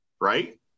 Right